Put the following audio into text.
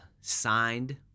signed